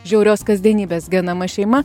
žiaurios kasdienybės genama šeima